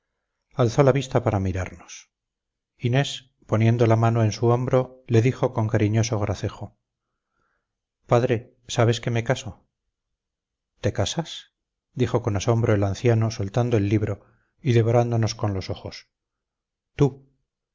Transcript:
alzó la vista para mirarnos inés poniendo la mano en su hombro le dijo con cariñoso gracejo padre sabes que me caso te casas dijo con asombro el anciano soltando el libro y devorándonos con los ojos tú